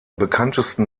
bekanntesten